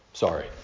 Sorry